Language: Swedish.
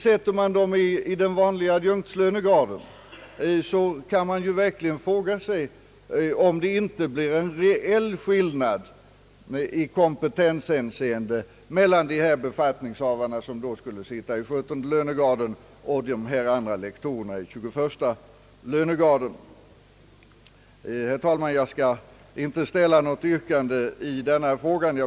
Sätter man dem i den vanliga adjunktslönegraden kan man verkligen fråga sig, om det inte blir en reell skillnad i kompetenshänseende mellan dessa befattningshavare, som då skulle sitta i 17:e lönegraden, och de andra lektorerna i 21:a lönegraden. Herr talman! Jag skall inte ställa något yrkande i denna fråga.